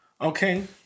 Okay